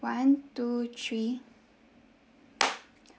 one two three